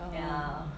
oh